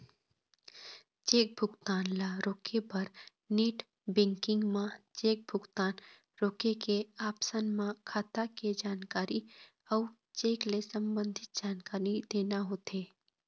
cheque भुगतान ल रोके बर नेट बेंकिंग म चेक भुगतान रोके के ऑप्सन म खाता के जानकारी अउ चेक ले संबंधित जानकारी देना होथे